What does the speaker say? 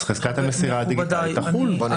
אז חזקת המסירה הדיגיטלית תחול.